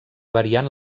variant